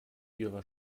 ihrer